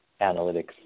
analytics